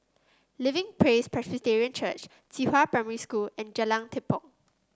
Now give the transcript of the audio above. Living Praise Presbyterian Church Qihua Primary School and Jalan Tepong